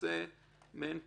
שנעשה מעין פשרה,